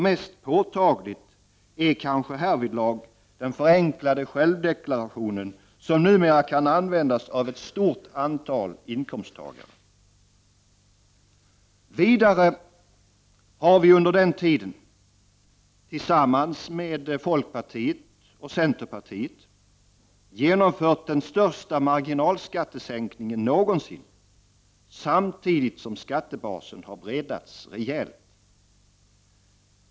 Mest påtaglig är kanske härvidlag den förenklade självdeklarationen som numera kan användas av ett stort antal inkomsttagare Vidare har vi under den tiden, tillsammans med folkpartiet och centerpartiet, genomfört den största marginalskattesänkningen någonsin samtidigt som skattebasen har breddats rejält.